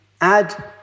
add